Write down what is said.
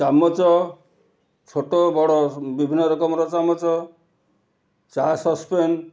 ଚାମଚ ଛୋଟ ବଡ଼ ବିଭିନ୍ନ ରକମର ଚାମଚ ଚା ସସପେନ୍